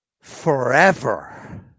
forever